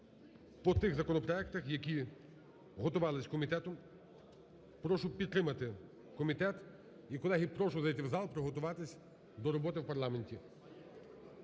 по тих законопроектах, які готувались комітетом. Прошу підтримати комітет. І, колеги, прошу зайти в зал, приготуватись до роботи в парламенті.